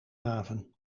haven